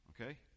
okay